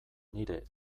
nire